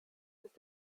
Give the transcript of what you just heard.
dass